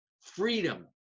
Freedom